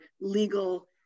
legal